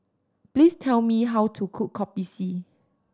please tell me how to cook Kopi C